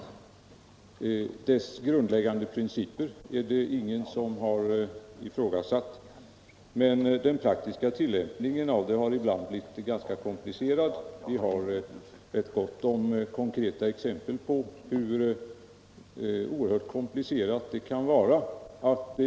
Systemets grundläggande principer har ingen ifrågasatt, men den praktiska tillämpningen av det har ibland blivit mycket komplicerad; vi har rätt gott om konkreta exempel på det.